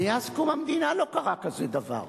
מאז קום המדינה לא קרה כזה דבר.